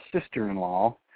sister-in-law